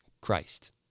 Christ